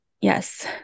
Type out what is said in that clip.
yes